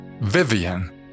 Vivian